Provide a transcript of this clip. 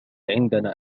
عندنا